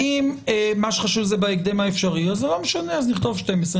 אם מה שחשוב זה בהקדם האפשרי אז נכתוב 12,